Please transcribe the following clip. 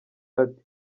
ati